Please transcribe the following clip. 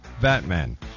Batman